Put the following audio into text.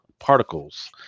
Particles